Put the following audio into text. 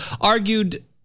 argued